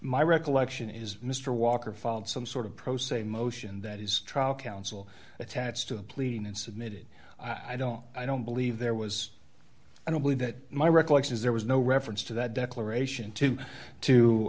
my recollection is mr walker filed some sort of pro se motion that his trial counsel attached to the pleading and submitted i don't i don't believe there was i don't believe that my recollection is there was no reference to that declaration to